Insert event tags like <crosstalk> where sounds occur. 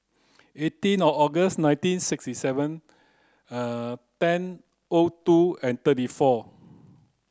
eighteen August nineteen sixty seven <unintelligible> ten O two and thirty four